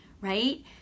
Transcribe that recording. right